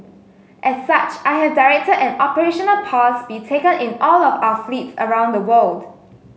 as such I have directed an operational pause be taken in all of our fleets around the world